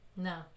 No